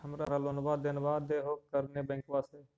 हमरा लोनवा देलवा देहो करने बैंकवा से?